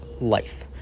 life